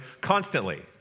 constantly